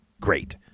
great